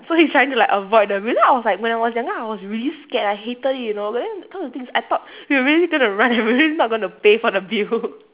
so he's trying to like avoid the bill you know when I was like when I was younger I was really scared I hated it you know but then cause the thing is I thought we really going to run we really not going to pay for the bill